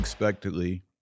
Unexpectedly